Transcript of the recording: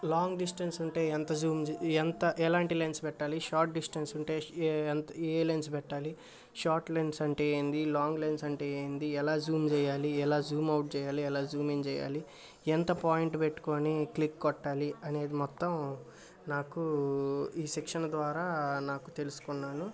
long distance ఉంటే ఎంత zoom ఎంత ఎలాంటి లెన్స్ పెట్టాలి షార్ట్ డిస్టెన్స్ ఉంటే ఏఎంత ఏ లెన్స్ పెట్టాలి షార్ట్ లెన్స్ అంటే ఏంది లాంగ్ లెన్స్ అంటే ఏంది ఎలా జూమ్ జేయాలి ఎలా జూమ్ అవుట్ జెయ్యాలి ఎలా జూమిన్ జెయ్యాలి ఎంత పాయింట్ పెట్టుకొనీ క్లిక్ కొట్టాలి అనేది మొత్తం నాకూ ఈ శిక్షణ ద్వారా నాకు తెలుసుకున్నాను